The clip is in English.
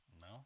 No